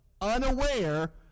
unaware